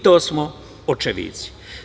To smo očevici.